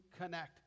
connect